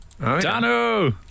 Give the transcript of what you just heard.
Danu